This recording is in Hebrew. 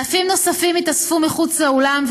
אלפים נוספים התאספו מחוץ לאולם,